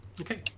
Okay